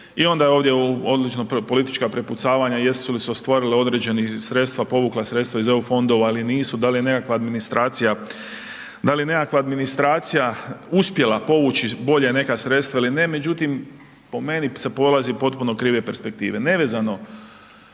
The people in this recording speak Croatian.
i onda je ovdje odlična politička prepucavanja, jesu li se stvorile određena sredstva, povukla sredstva iz EU fondova ili nisu, da li je nekakva administracija, da li je nekakva administracija uspjela povuće bolje neka sredstva ili ne, međutim, po meni, se polazi iz potpuno krive perspektive,